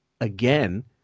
again